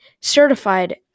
certified